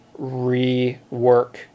rework